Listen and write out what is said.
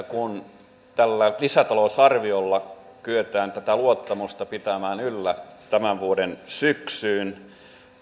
kun tällä lisätalousarviolla kyetään tätä luottamusta pitämään yllä tämän vuoden syksyyn